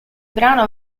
brano